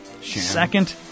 second